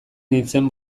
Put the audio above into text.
nintzen